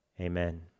Amen